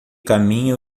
caminha